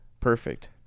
Perfect